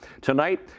tonight